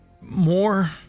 more